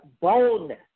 boldness